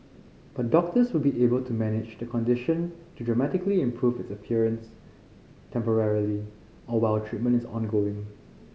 but doctors will be able to manage the condition to dramatically improve its appearance temporarily or while treatment is ongoing